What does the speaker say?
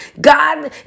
God